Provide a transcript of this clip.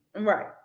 Right